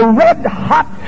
red-hot